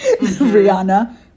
Rihanna